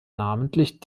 namentlich